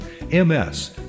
MS